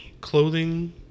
Clothing